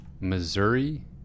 Missouri